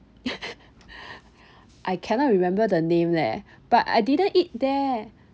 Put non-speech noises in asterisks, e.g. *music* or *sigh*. *laughs* I cannot remember the name leh but I didn't eat there